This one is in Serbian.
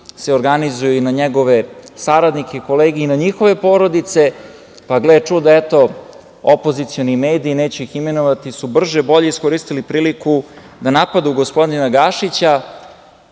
organizuju i na njegove saradnike, kolege i na njihove porodice. Gle čuda, eto, opozicioni mediji, neću ih imenovati, su brže-bolje iskoristili priliku da napadnu gospodina Gašića,